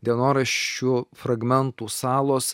dienoraščių fragmentų salos